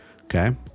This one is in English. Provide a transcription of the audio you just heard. okay